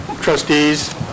trustees